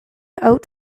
oat